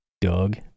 Doug